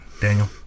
Daniel